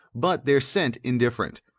but their scent indifferent.